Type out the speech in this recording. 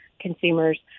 consumers